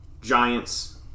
Giants